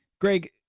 Greg